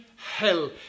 hell